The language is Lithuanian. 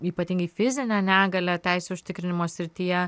ypatingai fizinę negalią teisių užtikrinimo srityje